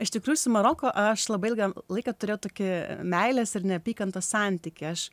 iš tikrųjų su maroku aš labai ilgam laiką turėjau tokį meilės ir neapykantos santykiai aš